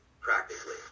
practically